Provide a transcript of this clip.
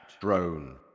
drone